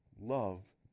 Love